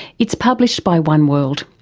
it's published by oneworld.